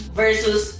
versus